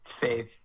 faith